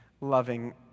loving